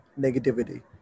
negativity